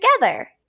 together